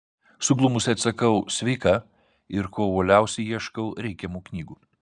suglumusi atsakau sveika ir kuo uoliausiai ieškau reikiamų knygų